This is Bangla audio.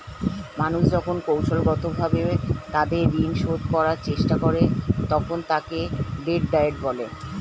মানুষ যখন কৌশলগতভাবে তাদের ঋণ শোধ করার চেষ্টা করে, তখন তাকে ডেট ডায়েট বলে